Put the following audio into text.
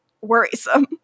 worrisome